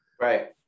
Right